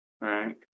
Right